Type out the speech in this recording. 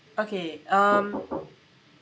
okay um